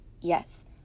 Yes